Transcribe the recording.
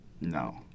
No